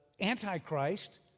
Antichrist